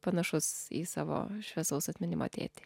panašus į savo šviesaus atminimo tėtį